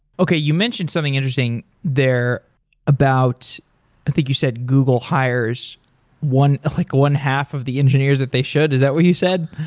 okay, you mentioned something interesting there about i think you said google hires one like one half of the engineers that they should. is that what you said?